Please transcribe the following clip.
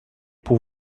pour